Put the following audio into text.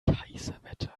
kaiserwetter